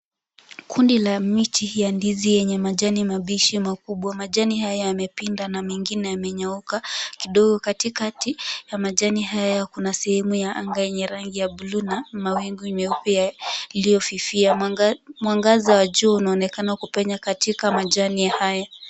Kundi la miti ya ndizi yenye majani mabichi makubwa ,majani haya yamepinda na mengine yamenyooka kidogo katikati ya majani haya Kuna sehemu ya anga ya rangi ya buluu na mawingu meupe yaliyofifia mwangaza wa juu unaonekana kupenya katika majani haya.